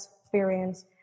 experience